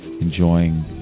enjoying